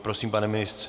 Prosím, pane ministře.